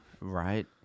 right